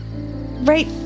right